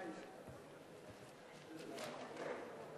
סעיפים 1 10 נתקבלו.